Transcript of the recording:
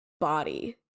body